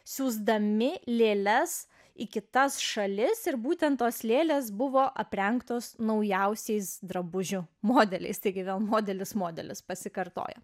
siųsdami lėles į kitas šalis ir būtent tos lėlės buvo aprengtos naujausiais drabužių modeliais taigi vėl modelis modelis pasikartoja